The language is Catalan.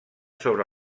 sobre